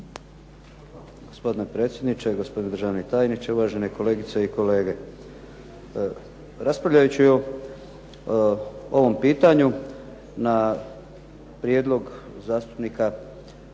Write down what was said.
Gospodine predsjedniče, gospodine državni tajniče, uvažene kolegice i kolege. Raspravljajući o ovom pitanju na prijedlog zastupnika